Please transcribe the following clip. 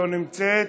לא נמצאת,